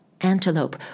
Antelope